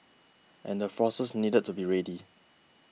and the forces need to be ready